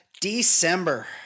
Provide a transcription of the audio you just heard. December